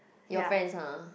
your friends ah